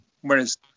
Whereas